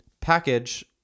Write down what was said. Package